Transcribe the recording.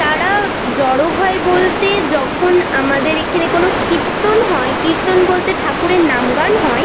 তারা জড়ো হয় বলতে যখন আমাদের এখেনে কোনো কীর্তন হয় কীর্তন বলতে ঠাকুরের নাম গান হয়